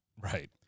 Right